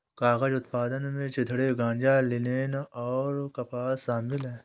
कागज उत्पादन में चिथड़े गांजा लिनेन और कपास शामिल है